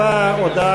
בעד,